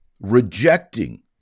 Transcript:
rejecting